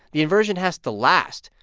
the inversion has to last.